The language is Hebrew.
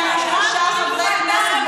לממשלה אחרת,